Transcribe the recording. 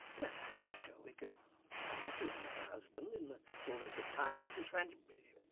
well, i'm sure we can find you another husband in the fullness of time mrs frangi